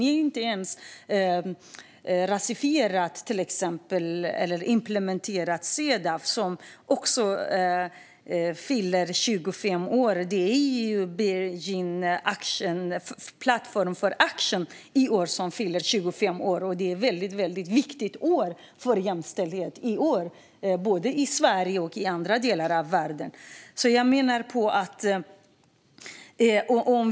De har inte ens implementerat Cedaw. Beijing Platform for Action fyller 25 år i år. Det är ett väldigt viktigt år för jämställdheten både i Sverige och i andra delar av världen.